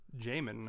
Jamin